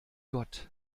gott